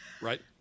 Right